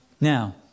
Now